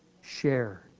share